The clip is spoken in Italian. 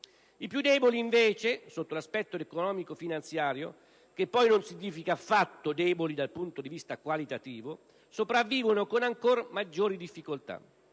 I più deboli, invece, sotto l'aspetto economico-finanziario (che poi non significa affatto deboli dal punto di vista qualitativo), sopravvivono invece con ancora maggiori difficoltà,